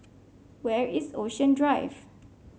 where is Ocean Drive